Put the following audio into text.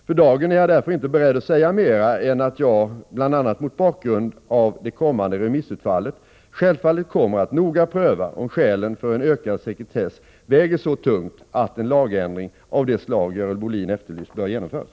För dagen är jag därför inte beredd att säga mera än att jag — bl.a. mot bakgrund av det kommande remissutfallet — självfallet kommer att noga pröva om skälen för en ökad sekretess väger så tungt att en lagändring av det slag Görel Bohlin efterlyst bör genomföras.